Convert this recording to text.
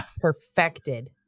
perfected